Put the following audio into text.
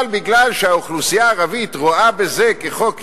אבל בגלל שהאוכלוסייה הערבית רואה בזה חוק נגדה,